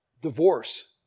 Divorce